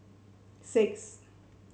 six